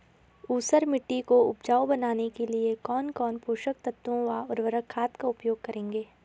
ऊसर मिट्टी को उपजाऊ बनाने के लिए कौन कौन पोषक तत्वों व उर्वरक खाद का उपयोग करेंगे?